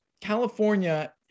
California